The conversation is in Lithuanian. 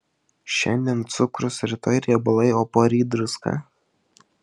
šiandien cukrus rytoj riebalai o poryt druska